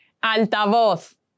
Altavoz